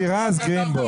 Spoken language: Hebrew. שירז גרינבאום,